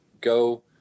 go